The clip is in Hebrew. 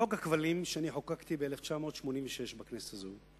חוק הכבלים שאני חוקקתי ב-1986 בכנסת הזאת,